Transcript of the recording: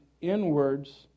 inwards